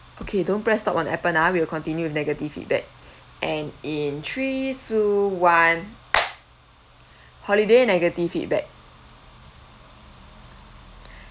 okay don't press stop on appen ah we will continue with negative feedback and in three two one holiday negative feedback